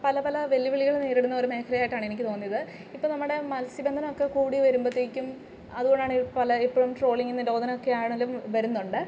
പല പല വെല്ലുവിളികൾ നേരിടുന്ന ഒരു മേഖലയായിട്ടാണ് എനിക്ക് തോന്നിയത് ഇപ്പോൾ നമ്മുടെ മത്സ്യബന്ധനമൊക്കെ കൂടി വരുമ്പോഴത്തേക്കും അതുകൊണ്ടാണ് പല ഇപ്പോഴും ട്രോളിംഗ് നിരോധനമൊക്കെ ആണെങ്കിലും വരുന്നുണ്ട്